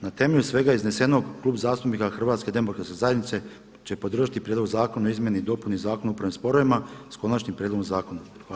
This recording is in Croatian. Na temelju svega iznesenog Klub zastupnika HDZ-a će podržati Prijedlog zakona o izmjeni i dopuni Zakona o upravnim sporovima sa konačnim prijedlogom zakona.